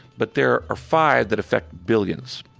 but there are five that affect billions.